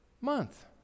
month